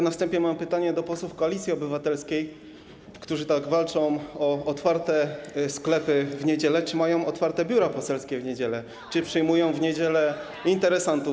Na wstępie mam pytanie do posłów Koalicji Obywatelskiej, którzy tak walczą o otwarte sklepy w niedzielę, czy mają otwarte biura poselskie w niedzielę, czy przyjmują w niedzielę interesantów.